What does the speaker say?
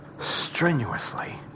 strenuously